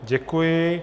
Děkuji.